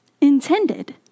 intended